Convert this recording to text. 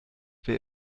wer